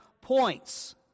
points